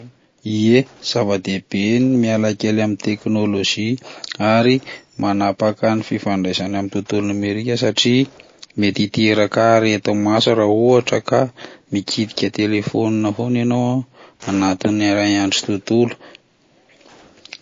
Ye zava-dehibe ny miala kely amin'ny technologie ary manapaka ny fifandraisana amin'ny tontolo nomerika satria mety hiteraka areti-maso raha ohatra ka mikitika telefôna fona ianao anatin'ny iray andro tontolo.